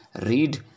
Read